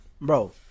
Bro